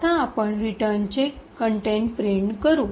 आता आपण रिटर्नचे कंटेंट प्रिंट करू